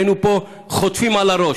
היינו חוטפים פה על הראש.